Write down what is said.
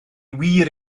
wir